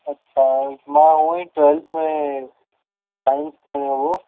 अच्छा मां उअंई ट्वेल्थ में साइंस खयों हो